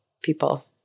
people